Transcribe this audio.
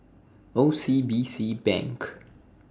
O C B C Bank